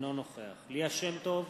אינו נוכח ליה שמטוב,